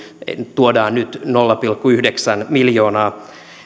tuodaan nyt nolla pilkku yhdeksän miljoonaa